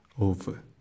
over